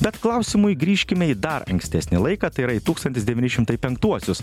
bet klausimui grįžkime į dar ankstesni laiką tai yra į tūkstantis devyni šimtai penktuosius